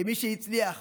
כמי שהצליח